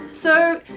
so